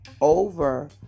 over